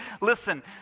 Listen